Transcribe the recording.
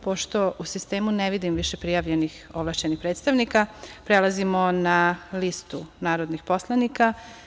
Pošto u sistemu ne vidim više prijavljenih ovlašćenih predstavnika, prelazimo na listu narodnih poslanika.